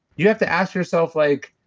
you'd have to ask yourself like,